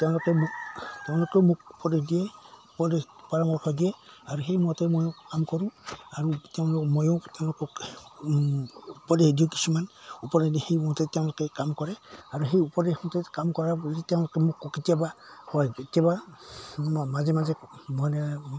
তেওঁলোকে মোক তেওঁলোকেও মোক উপদেশ দিয়ে উপদেশ পৰামৰ্শ দিয়ে আৰু সেই মতে ময়ো কাম কৰোঁ আৰু তেওঁলোকক ময়ো তেওঁলোকক উপদেশ দিওঁ কিছুমান উপদেশ দি সেই মতে তেওঁলোকে কাম কৰে আৰু সেই উপদেশমতে কাম কৰা বুলি তেওঁলোকে মোক কেতিয়াবা কয় কেতিয়াবা মাজে মাজে মানে